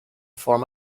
form